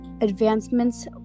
advancements